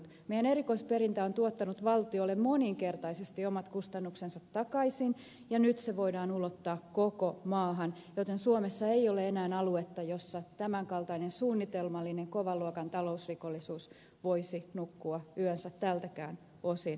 meidän erikoisperintämme on tuottanut valtiolle moninkertaisesti omat kustannuksensa takaisin ja nyt se voidaan ulottaa koko maahan joten suomessa ei ole enää aluetta jossa tämän kaltainen suunnitelmallinen kovan luokan talousrikollisuus voisi nukkua yönsä tältäkään osin rauhassa